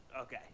Okay